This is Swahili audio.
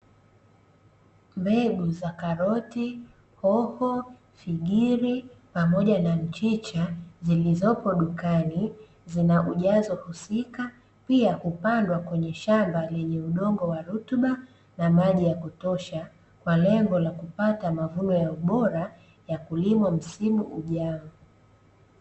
Mbegu za karoti, hoho, figiri pamoja na mchicha zilizopo dukani, zina ujazo husika. Pia hupandwa kwenye shamba lenye udongo wa rutuba na maji ya kutosha kwa lengo la kupata mavuno ya ubora ya kulimwa msimu ujao.